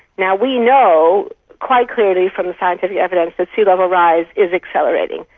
now, we know quite clearly from the scientific evidence that sea level rise is accelerating,